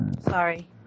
Sorry